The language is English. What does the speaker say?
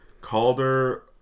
Calder